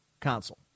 console